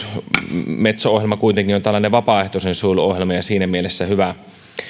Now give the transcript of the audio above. metso ohjelma kuitenkin on vapaaehtoinen suojeluohjelma ja siinä mielessä